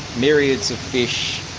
myriads of fish,